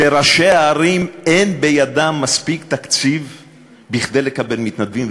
שראשי הערים אין בידם מספיק תקציב כדי לקבל מתנדבים,